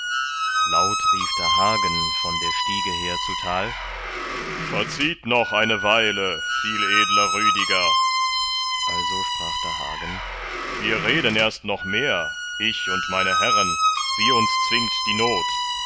laut rief da hagen von der stiege her zutal verzieht noch eine weile viel edler rüdiger also sprach da hagen wir reden erst noch mehr ich und meine herren wie uns zwingt die not